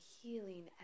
healing